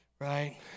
Right